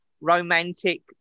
romantic